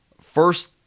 First